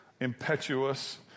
Impetuous